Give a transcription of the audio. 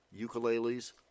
Ukuleles